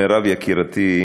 מירב יקירתי,